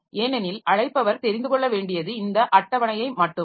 ஏனெனில் அழைப்பவர் தெரிந்து கொள்ள வேண்டியது இந்த அட்டவணையை மட்டுமே